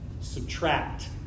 Subtract